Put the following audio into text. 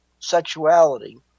sexuality